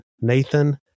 Nathan